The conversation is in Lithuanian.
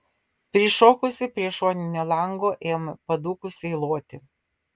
prišokusi prie šoninio lango ėmė padūkusiai loti